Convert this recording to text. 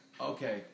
Okay